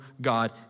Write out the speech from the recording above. God